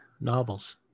novels